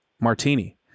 martini